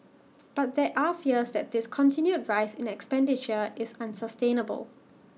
but there are fears that this continued rise in expenditure is unsustainable